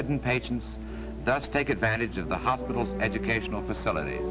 den patients that take advantage of the hospital educational facilities